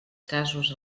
casos